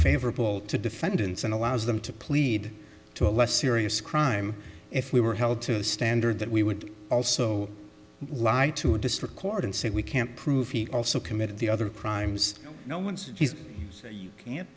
favorable to defendants and allows them to plead to a less serious crime if we were held to the standard that we would also lie to a district court and say we can't prove he also committed the other crimes you know once and he's say you can't